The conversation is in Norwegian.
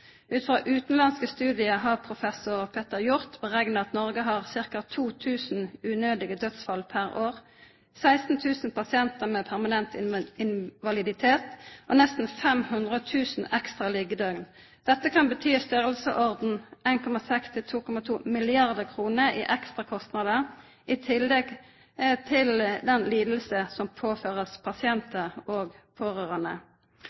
Ut frå utanlandske studiar har professor Peter F. Hjort berekna at Noreg har ca. 2 000 unødige dødsfall pr. år, 16 000 pasientar med permanent invaliditet og nesten 500 000 ekstra liggjedøger. Dette kan bety 1,6–2,2 mrd. kr i ekstra kostnader i tillegg til den lidinga som